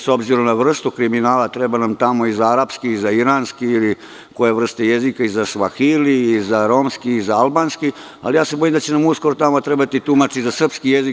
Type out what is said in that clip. S obzirom na vrstu kriminala, treba nam tamo i za arapski i za iranski i za još kojekakve vrste jezika, i za svahili i za romski i za albanski, ali se bojim da će nam uskoro tamo trebati tumač i za srpski jezik.